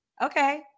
okay